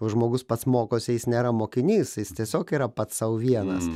o žmogus pats mokosi jis nėra mokinys jis tiesiog yra pats sau vienas